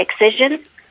excision